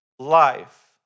life